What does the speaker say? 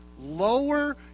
lower